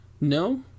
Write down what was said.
No